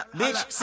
bitch